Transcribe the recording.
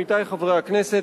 עמיתי חברי הכנסת,